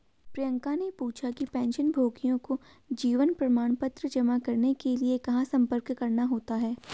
प्रियंका ने पूछा कि पेंशनभोगियों को जीवन प्रमाण पत्र जमा करने के लिए कहाँ संपर्क करना होता है?